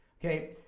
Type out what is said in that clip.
Okay